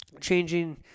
changing